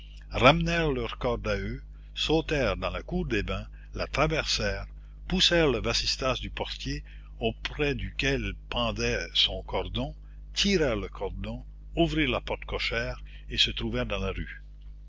ramenèrent leur corde à eux sautèrent dans la cour des bains la traversèrent poussèrent le vasistas du portier auprès duquel pendait son cordon tirèrent le cordon ouvrirent la porte cochère et se trouvèrent dans la rue